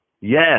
Yes